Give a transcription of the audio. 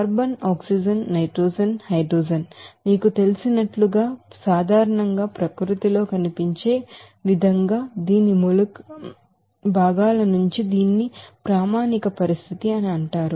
carbon oxygen nitrogen hydrogen మీకు తెలిసినట్లుగా సాధారణంగా ప్రకృతిలో కనిపించే విధంగా దీని ఎలిమెంట్ కాన్స్టిట్యూయెంట్స్ నుంచి దీనిని స్టాండర్డ్ కండిషన్ అని అంటారు